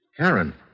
Karen